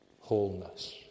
wholeness